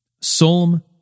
Psalm